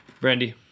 Brandy